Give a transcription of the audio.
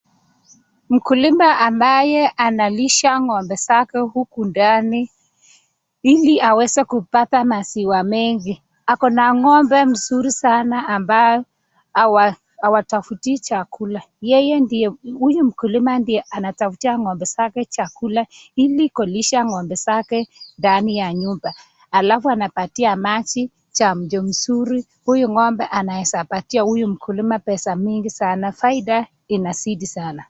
Mkulima ambaye analisha ngombe zake huku ndani ili aweze kupata maziwa mengi, ako na ngombe mzuri sana ambayo awatafuti chakula, yeye ndio huyu mkulima anataftia ngombe zake chakula ili kulisha ngombe zake ndani ya nyumba alafu anapatia maji, chanjo mzuri. Huyu ngombe anaweza patia huyu mkulima pesa mingi sana, faida inazidi sana.